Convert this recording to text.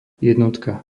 jednotka